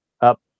up